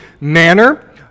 manner